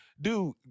Dude